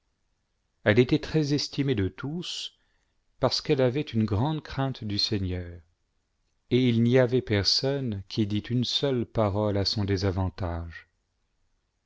elle était très estimée de tous parce qu'elle avait une grande crainte du seigneur et il n'y avait personne qui dît une seule parole à son désavantage